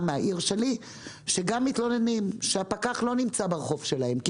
מהעיר שלי - שגם מתלוננים על כך שהפקח לא נמצא ברחוב שלהם כי